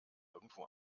irgendwo